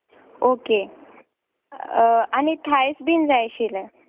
okay आनी थायस बीन जाय आशिल्ले